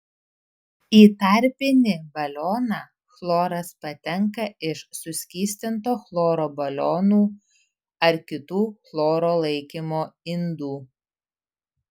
į tarpinį balioną chloras patenka iš suskystinto chloro balionų ar kitų chloro laikymo indų